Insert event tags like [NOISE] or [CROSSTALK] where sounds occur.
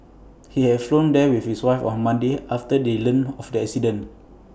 [NOISE] he had flown there with his wife on Monday after they learnt of the accident